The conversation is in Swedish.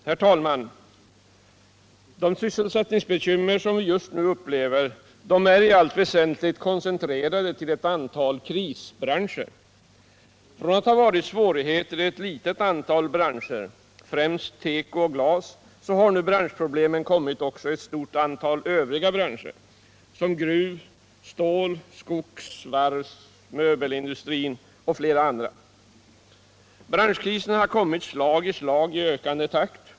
Herr talman! De sysselsättningsbekymmer vi just nu upplever är i allt väsentligt koncentrerade till en grupp krisbranscher. Från att ha varit svårigheter i ett litet antal branscher, främst teko och glas, har problemen nu också kommit i ett stort antal övriga branscher såsom gruv-, stål-, skogs-, varvsoch möbelindustri, m.fl. Branschkriserna har kommit slag i slag i ökande takt.